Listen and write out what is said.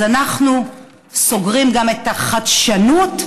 אז אנחנו סוגרים גם את החדשנות,